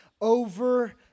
over